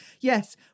yes